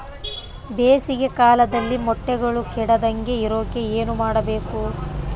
ಬೇಸಿಗೆ ಕಾಲದಲ್ಲಿ ಮೊಟ್ಟೆಗಳು ಕೆಡದಂಗೆ ಇರೋಕೆ ಏನು ಮಾಡಬೇಕು?